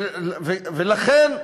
לכן,